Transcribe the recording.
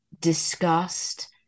discussed